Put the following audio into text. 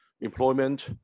employment